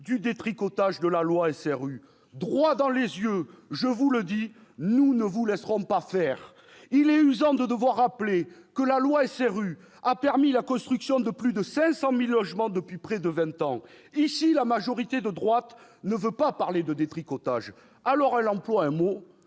du détricotage de la loi SRU. Droit dans les yeux, je vous le dis : nous ne vous laisserons pas faire ! Il est usant de devoir rappeler que la loi SRU a permis la construction de plus de 500 000 logements depuis près de vingt ans. Ici, la majorité de droite ne veut pas parler de détricotage, alors elle emploie le mot